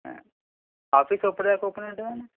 office ఎప్పటిదాకా open ఉంటుందండి